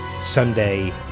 Sunday